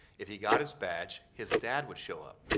if he got his badge, his dad would show up.